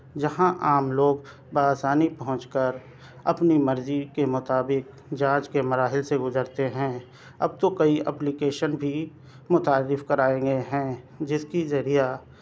جہاں عام لوگ بآسانی پہنچ کر اپنی مرضی کے مطابق جانچ کے مراحل سے گزرتے ہیں اب تو کئی اپلیکشن بھی متعارف کرائے گئے ہیں جس کی ذریعہ